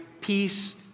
peace